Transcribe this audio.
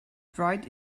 dried